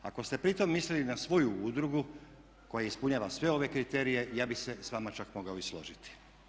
Ako ste pritom mislili na svoju udrugu koja ispunjava sve ove kriterije, ja bih se s vama čak mogao i složiti.